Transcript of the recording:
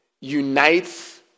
unites